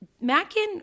Mackin